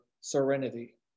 serenity